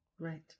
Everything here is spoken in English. Right